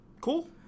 cool